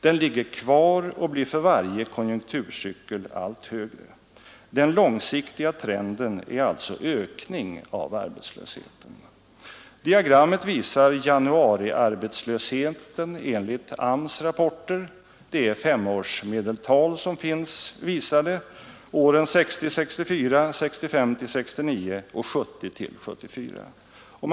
Den ligger kvar och blir för varje konjunkturcykel allt högre. Den långsiktiga trenden är alltså ökning av arbetslösheten. Diagrammet visar januariarbetslösheten enligt AMS:s rapporter i femårsmedeltal för åren 1960—1964, 1965—1969 och 1970-1974.